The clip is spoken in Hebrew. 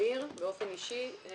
ולאמיר באופן אישי.